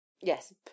Yes